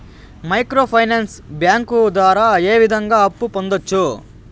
micro finance bank ద్వారా ఏ విధంగా అప్పు పొందొచ్చు